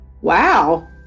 Wow